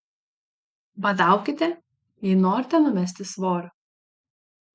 badaukite jei norite numesti svorio